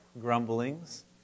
grumblings